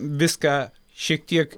viską šiek tiek